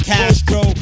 Castro